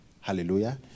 Hallelujah